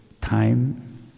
time